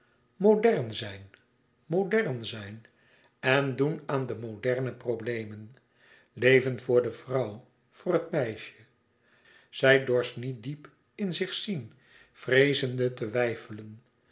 modern zijn modern zijn en doen aan de moderne problemen leven voor de toekomst leven voor de vrouw voor het meisje zij dorst niet diep in zich zien vreezende te weifelen